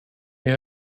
you